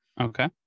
Okay